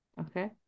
Okay